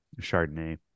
Chardonnay